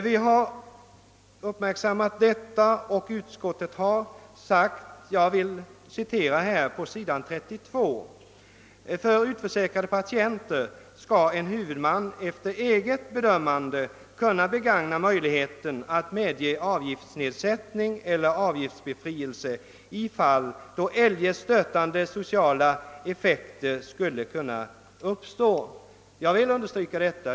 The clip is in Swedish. Vi har uppmärksammat detta och anfört: »För utförsäkrade patienter skall en huvudman efter eget bedömande kunna begagna möjligheten att medge avgiftsnedsättning eller avgiftsbefrielse i fall då eljest stötande sociala effekter skulle kunna uppstå.» Jag vill understryka detta.